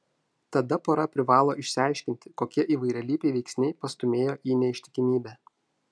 tada pora privalo išsiaiškinti kokie įvairialypiai veiksniai pastūmėjo į neištikimybę